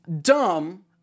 dumb